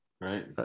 Right